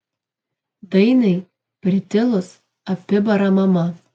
dainai pritilus apibara mama